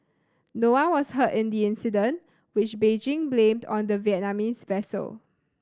no one was hurt in the incident which Beijing blamed on the Vietnamese vessel